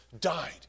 died